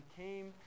came